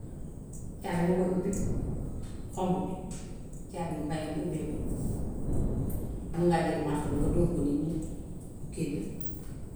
Caabi moo koy ubbi xombu bi. Caabi nga koy def mu ubbeeku. Mën ngaa jël marto nga dóor ko nii mu kéelu.